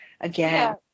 again